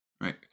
right